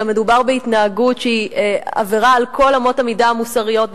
אלא מדובר בהתנהגות שהיא עבירה על כל אמות המידה המוסריות,